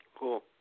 Cool